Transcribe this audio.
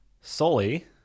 Sully